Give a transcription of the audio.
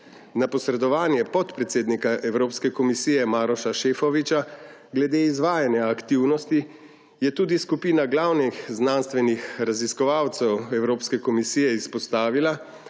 Na posredovanje podpredsednika Evropske komisije Maroša Šefčoviča glede izvajanja aktivnosti je tudi skupina glavnih znanstvenih raziskovalcev Evropske komisije izpostavila,